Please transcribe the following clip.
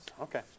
okay